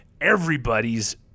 everybody's